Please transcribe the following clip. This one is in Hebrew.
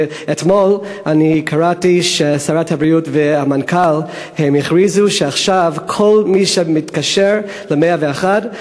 אתמול קראתי ששרת הבריאות והמנכ"ל הכריזו שמעכשיו כל מי שמתקשר ל-101,